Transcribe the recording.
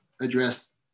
address